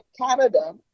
Canada